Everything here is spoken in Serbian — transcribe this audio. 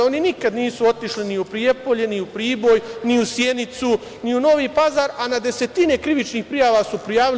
Oni nikada nisu otišli ni u Prijepolje, ni u Priboj, ni u Sjenicu, ni u Novi Pazar, a na desetine krivičnih prijava su prijavili.